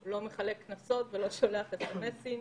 - הוא לא מחלק קנסות, הוא לא שולח אס-אם-אסים,